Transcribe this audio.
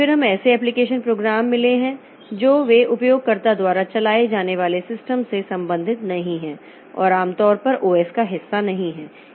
फिर हमें ऐसे एप्लिकेशन प्रोग्राम मिले हैं जो वे उपयोगकर्ताओं द्वारा चलाए जाने वाले सिस्टम से संबंधित नहीं हैं और आमतौर पर ओएस का हिस्सा नहीं हैं